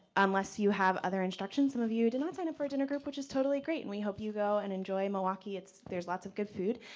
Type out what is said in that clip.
unless you have other instructions, some of you did not sign up for a dinner group which is totally great, and we hope you go and enjoy milwaukee, there's lots of good food.